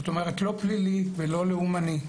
כלומר לא פלילי ולא לאומני.